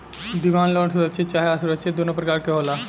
demand loan सुरक्षित चाहे असुरक्षित दुनो प्रकार के होला